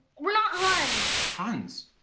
we're not huns! huns?